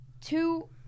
two